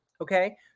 okay